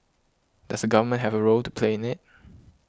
does the government have a role to play in it